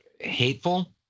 hateful